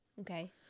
Okay